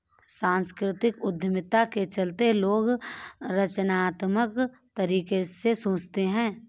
सांस्कृतिक उद्यमिता के चलते लोग रचनात्मक तरीके से सोचते हैं